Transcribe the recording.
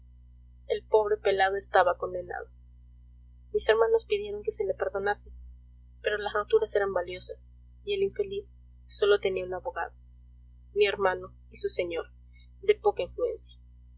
el pobre pelado estaba condenado mis hermanos pidieron que se le perdonase pero las roturas eran valiosas y el infeliz sólo tenía un abogado mi hermano y su señor de poca influencia